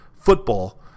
football